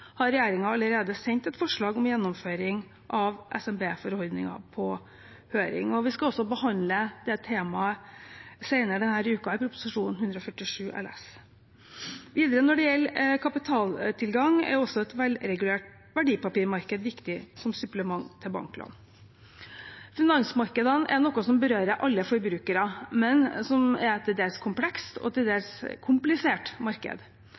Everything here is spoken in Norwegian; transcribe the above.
har regjeringen allerede sendt et forslag om gjennomføring av SMB-forordninger på høring. Vi skal også behandle det temaet senere denne uken i forbindelse med Prop. 147 LS. Videre: Når det gjelder kapitaltilgang, er også et velregulert verdipapirmarked viktig som supplement til banklån. Finansmarkedene er noe som berører alle forbrukere, men som er et til dels komplekst og komplisert marked. Trygge og gode tjenester til